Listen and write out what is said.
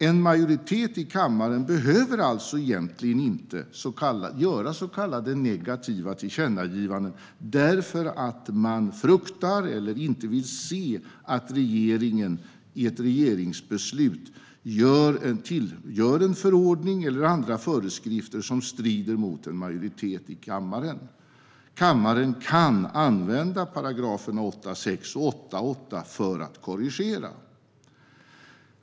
En majoritet i kammaren behöver alltså egentligen inte göra så kallade negativa tillkännagivanden därför att man fruktar eller inte vill se att regeringen i ett regeringsbeslut gör en förordning eller andra föreskrifter som strider mot en majoritet i kammaren. Kammaren kan använda 8 kap. 6 § och 8 kap. 8 § för att korrigera.